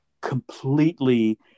completely